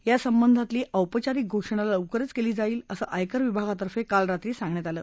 या संबंधातली औपचारिक घोषणा लवकरच केली जाईल असं आयकर विभाग तर्फे काल रात्री सांगण्यात आलं